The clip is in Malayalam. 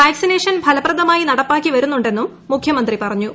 വാക്സിനേഷൻ ഫലപ്രദമായി നടപ്പാക്കി വരുന്നുണ്ടെന്നും മുഖ്യമന്ത്രി പറഞ്ഞു